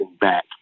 back